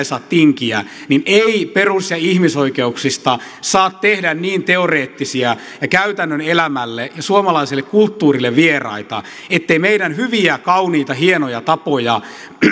saa tinkiä niin ei perus ja ihmisoikeuksista saa tehdä niin teoreettisia ja käytännön elämälle ja suomalaiselle kulttuurille vieraita ettei meidän hyviä kauniita hienoja tapojamme voisi toteuttaa